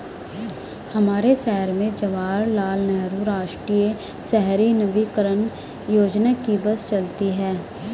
हमारे शहर में जवाहर लाल नेहरू राष्ट्रीय शहरी नवीकरण योजना की बस चलती है